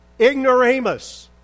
Ignoramus